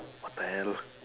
what the hell